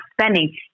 spending